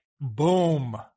boom